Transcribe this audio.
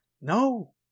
No